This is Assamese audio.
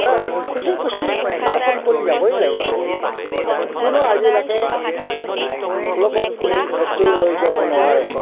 খুচি খুচি অৰ্পণ কৰি যাবই লাগিব কোনো আজিলৈকে লগত কোনো বস্তু লৈ যাব নোৱাৰে